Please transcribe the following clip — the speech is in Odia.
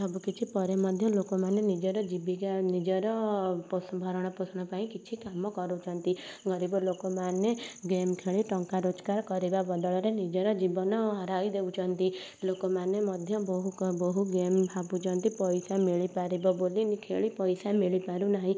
ସବୁ କିଛି ପରେ ମଧ୍ୟ ଲୋକମାନେ ନିଜର ଜୀବିକା ନିଜର ପୋଷ ଭରଣ ପୋଷଣ ପାଇଁ କିଛି କାମ କରୁଛନ୍ତି ଗରିବ ଲୋକମାନେ ଗେମ ଖେଳି ଟଙ୍କା ରୋଜଗାର କରିବା ବଦଳରେ ନିଜର ଜୀବନ ହରାଇ ଦେଉଛନ୍ତି ଲୋକମାନେ ମଧ୍ୟ ବହୁକ ବହୁ ଗେମ ଭାବୁଛନ୍ତି ପଇସା ମିଳିପାରିବ ବୋଲି ଖେଳି ପଇସା ମିଳିପାରୁ ନାହିଁ